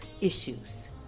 issues